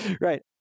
Right